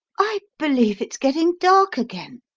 i believe it's getting dark again,